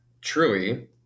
truly